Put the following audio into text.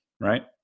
right